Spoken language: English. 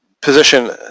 position